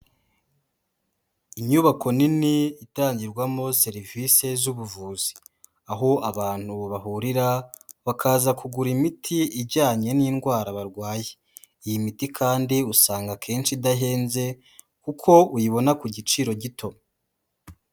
Inyubako nini itangirwamo serivisi z'ubuvuzi, aho abantu bahurira bakaza kugura imiti ijyanye n'indwara barwaye, iyi miti kandi usanga akenshi idahenze kuko uyibona ku giciro gito.